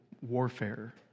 warfare